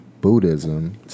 buddhism